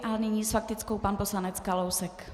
A nyní s faktickou pan poslanec Kalousek.